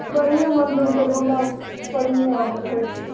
बढ़िए मंदिल छै घूमनाम बढ़िए अबै होय छै